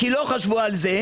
כי לא חשבו על זה,